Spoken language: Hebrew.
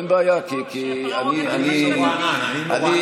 אין בעיה, כי, אדוני